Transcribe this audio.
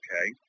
okay